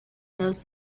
knows